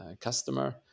customer